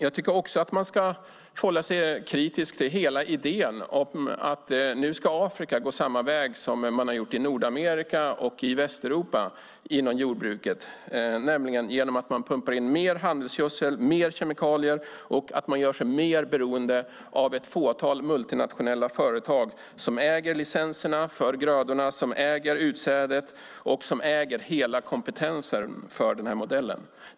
Jag tycker att man ska hålla sig kritisk till hela idén om att Afrika ska gå samma väg som Nordamerika och Västeuropa vad gäller jordbruket - att pumpa in mer handelsgödsel och kemikalier och göra sig mer beroende av ett fåtal multinationella företag som äger licenserna för grödorna, som äger utsädet, som äger hela kompetensen för den modellen.